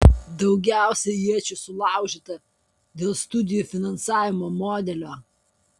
daugiausiai iečių sulaužyta dėl studijų finansavimo modelio